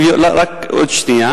רק עוד שנייה.